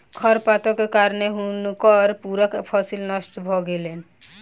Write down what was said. खरपातक कारणें हुनकर पूरा फसिल नष्ट भ गेलैन